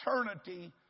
eternity